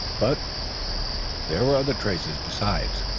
but there were other traces, besides,